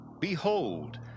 Behold